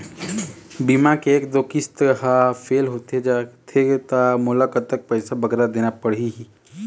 बीमा के एक दो किस्त हा फेल होथे जा थे ता मोला कतक पैसा बगरा देना पड़ही ही?